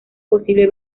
posible